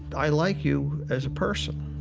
i like you as a person,